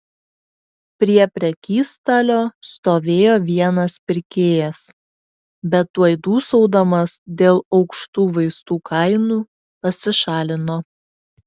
prie prekystalio stovėjo vienas pirkėjas bet tuoj dūsaudamas dėl aukštų vaistų kainų pasišalino